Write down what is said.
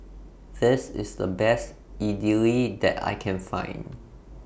This IS The Best Idili that I Can Find